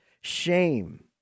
shame